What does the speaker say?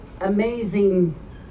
amazing